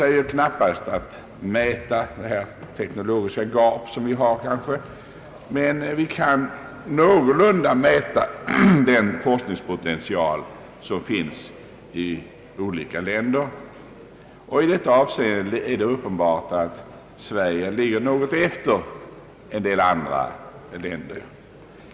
Det går knappast att mäta det teknologiska gapet, men vi kan någorlunda uppskatta forskningspotentialen i olika länder, och det är uppenbart att Sverige där ligger något efter en del andra länder.